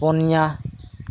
ᱯᱚᱱᱭᱟ